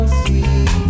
sweet